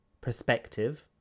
perspective